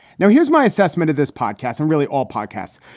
now, here's my assessment of this podcast and really all podcasts.